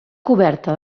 coberta